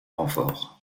renforts